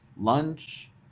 lunch